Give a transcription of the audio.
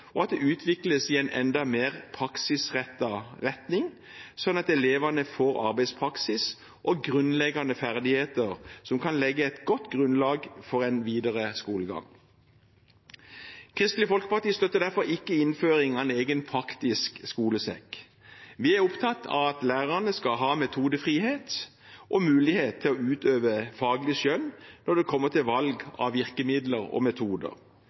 og at det utvikles i en enda mer praksisrettet retning, slik at elevene får arbeidspraksis og grunnleggende ferdigheter, noe som kan legge et godt grunnlag for en videre skolegang. Kristelig Folkeparti støtter derfor ikke forslaget om innføring av en egen praktisk skolesekk. Vi er opptatt av at lærerne skal ha metodefrihet og mulighet til å utøve faglig skjønn når det kommer til valg av virkemidler og metoder.